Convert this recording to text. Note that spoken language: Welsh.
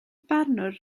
barnwr